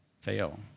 fail